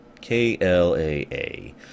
K-L-A-A